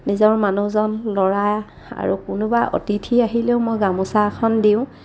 নিজৰ মানুহজন ল'ৰা আৰু কোনোবা অতিথি আহিলেও মই গামোচা এখন দিওঁ